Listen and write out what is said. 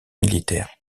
militaire